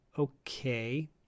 Okay